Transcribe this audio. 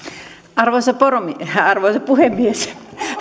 arvoisa poromies arvoisa puhemies